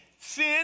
Sin